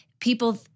people